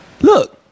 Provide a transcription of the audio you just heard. Look